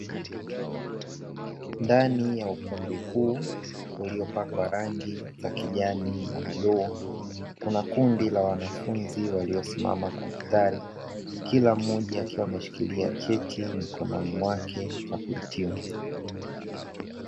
Ndani ya ukumbi huu uliopakwa rangi za kijani na bluu, kuna kundi la wanafunzi waliosimama kwa mstari, kila mmoja akiwa ameshikilia cheti mkononi mwake cha kuhitimu.